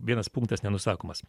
vienas punktas nenusakomas